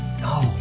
No